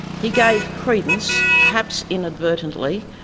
he gave credence, perhaps inadvertently,